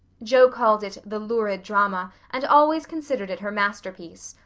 jo called it the lurid drama, and always considered it her masterpiece.